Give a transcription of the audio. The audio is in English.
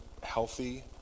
healthy